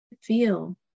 Feel